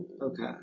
Okay